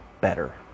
better